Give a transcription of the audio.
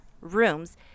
rooms